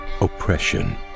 oppression